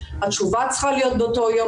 התשובה צריכה להיות באותו יום,